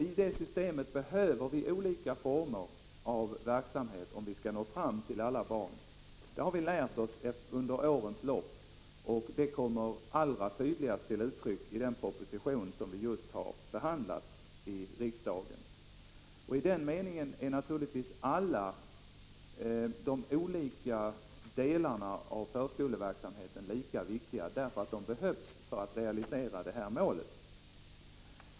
I det systemet behöver vi olika former av verksamhet om vi skall nå fram till alla barn. Det har vi lärt oss under årens lopp, och detta kommer allra tydligast till uttryck i den proposition som vi just har behandlat i riksdagen. I denna mening är naturligtvis alla olika delar av förskoleverksamheten lika viktiga. De behövs för att man skall kunna realisera detta mål.